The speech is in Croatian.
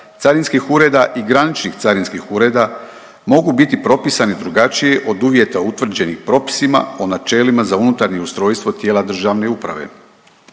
carinskih ureda i graničnih carinskih ureda mogu biti propisani drugačije od uvjeta utvrđenih propisima o načelima za unutarnje ustrojstvo tijela državne uprave.